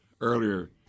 earlier